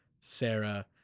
Sarah